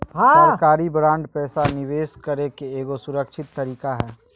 सरकारी बांड पैसा निवेश करे के एगो सुरक्षित तरीका हय